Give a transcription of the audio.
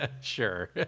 sure